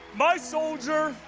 my soldier,